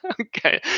Okay